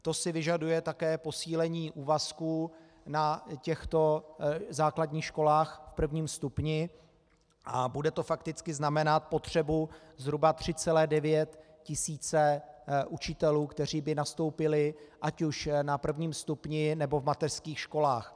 To si vyžaduje také posílení úvazků na těchto základních školách v prvním stupni a bude to fakticky znamenat potřebu zhruba 3,9 tisíce učitelů, kteří by nastoupili ať už na prvním stupni, nebo v mateřských školách.